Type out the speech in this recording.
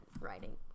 writing